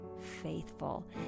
faithful